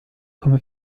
come